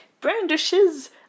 brandishes